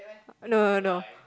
no no no